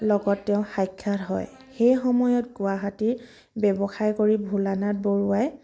লগত তেওঁ সাক্ষাৎ হয় সেই সময়ত গুৱাহাটীত ব্যৱসায় কৰি ভোলানাথ বৰুৱাই